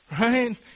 right